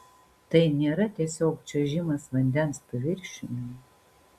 tai nėra tiesiog čiuožimas vandens paviršiumi